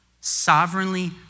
sovereignly